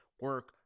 Work